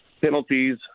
penalties